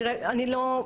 תראה, אני לא,